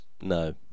No